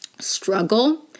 struggle